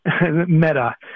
Meta